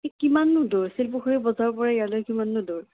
কিমাননো দূৰ শিলপুখুৰীৰ বজাৰৰপৰা ইয়ালৈ কিমাননো দূৰ